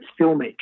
filmmaking